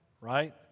right